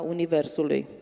Universului